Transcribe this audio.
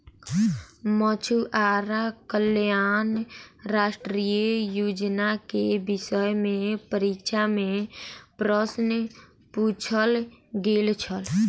मछुआरा कल्याण राष्ट्रीय योजना के विषय में परीक्षा में प्रश्न पुछल गेल छल